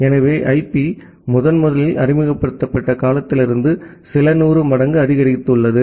எனவே ஐபி முதன்முதலில் அறிமுகப்படுத்தப்பட்ட காலத்திலிருந்து சில நூறு மடங்கு அதிகரித்துள்ளது